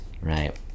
right